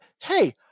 hey